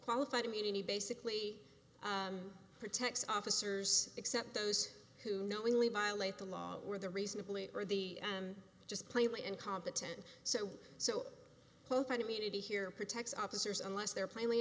qualified immunity basically protect officers except those who knowingly violate the law or the reasonably or the just plainly incompetent so so hope and immunity here protects officers unless they're plainly